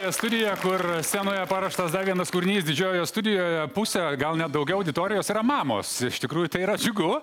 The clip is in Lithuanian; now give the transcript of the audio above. studija kur scenoje paruoštas dar vienas kūrinys didžiojoje studijoje pusę gal net daugiau auditorijos yra mamos iš tikrųjų tai yra džiugu